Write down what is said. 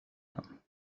them